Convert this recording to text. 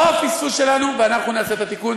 פה הפספוס שלנו, ואנחנו נעשה את התיקון.